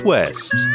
West